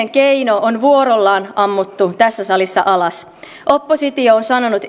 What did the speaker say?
on vuorollaan ammuttu tässä salissa alas oppositio